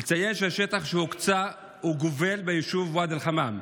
נציין שהשטח שהוקצה גובל ביישוב ואדי אל-חמאם.